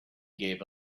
gave